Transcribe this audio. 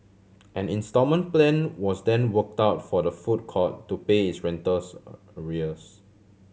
and instalment plan was then worked out for the food court to pay its rentals arrears